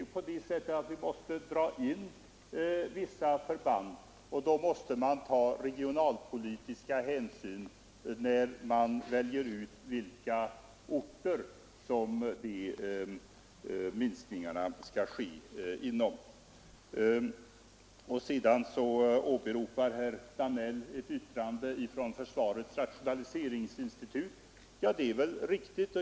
Det är det inte, men vi måste dra in vissa förband och då tas regionalpolitiska hänsyn när man väljer ut inom vilka orter minskningar skall ske. Herr Danell åberopar ett yttrande från försvarets rationaliseringsinsti tut.